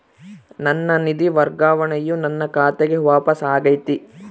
ನನ್ನ ನಿಧಿ ವರ್ಗಾವಣೆಯು ನನ್ನ ಖಾತೆಗೆ ವಾಪಸ್ ಆಗೈತಿ